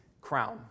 crown